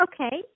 Okay